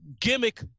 gimmick